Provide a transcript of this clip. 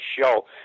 show